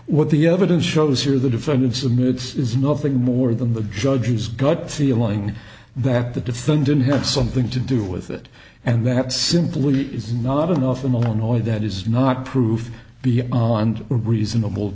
what the evidence shows or the defendant's admits is nothing more than the judge's gut feeling that the defendant had something to do with it and that simply is not enough in illinois that is not proof beyond reasonable